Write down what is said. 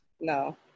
No